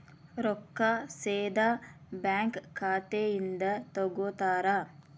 ರೊಕ್ಕಾ ಸೇದಾ ಬ್ಯಾಂಕ್ ಖಾತೆಯಿಂದ ತಗೋತಾರಾ?